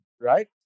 right